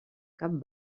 cap